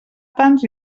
tants